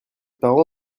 parent